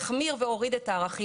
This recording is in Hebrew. החמיר והוריד את הערכים.